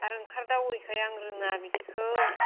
आर ओंखारदावैखाय आं रोङा बिदिखौ